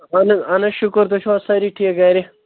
اَہن حظ اہن حظ شُکُر تُہۍ چھِو حظ سٲری ٹھیٖک گرِ